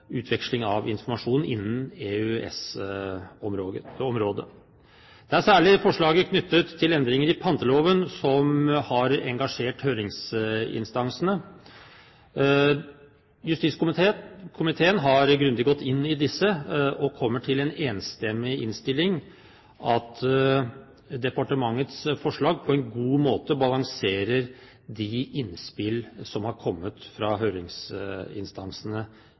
innen EØS-området. Det er særlig forslaget knyttet til endringer i panteloven som har engasjert høringsinstansene. Justiskomiteen har gått grundig inn i disse og kommer i en enstemmig innstilling til at departementets forslag på en god måte balanserer de innspill som har kommet fra høringsinstansene